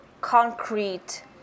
concrete